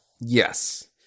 Yes